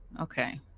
Okay